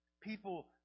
People